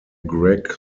greg